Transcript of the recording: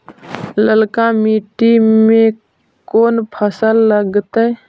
ललका मट्टी में कोन फ़सल लगतै?